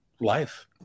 life